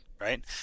right